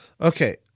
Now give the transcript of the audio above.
okay